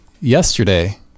yesterday